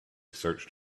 searched